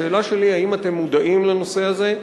השאלה שלי: האם אתם מודעים לנושא הזה?